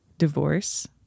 Divorce